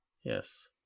Yes